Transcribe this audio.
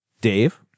Dave